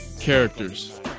characters